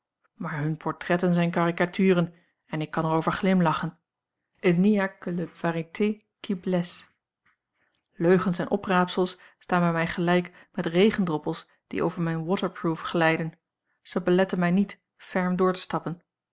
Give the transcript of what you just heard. maar hunne portretten zijn caricaturen en ik kan er over glimlachen il n'y a que la vérité qui blesse leugens en opraapsels staan bij mij gelijk met regendroppels die over mijn waterproof glijden zij beletten mij niet ferm door te stappen